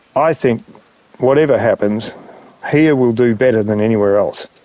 i think whatever happens here will do better than anywhere else.